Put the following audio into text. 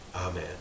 Amen